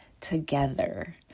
together